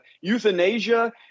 euthanasia